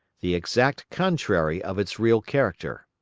the exact contrary of its real character.